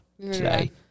today